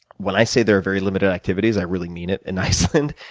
when i say there are very limited activities, i really mean it, in iceland.